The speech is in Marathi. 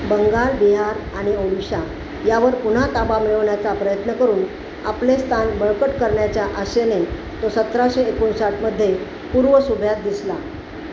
बंगाल बिहार आणि ओडिशा यावर पुन्हा ताबा मिळवण्याचा प्रयत्न करून आपले स्थान बळकट करण्याच्या आशेने तो सतराशे एकोणसाठमध्ये पूर्व सुभ्यात दिसला